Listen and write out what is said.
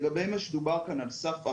לגבי מה שדובר כאן על סף הריח,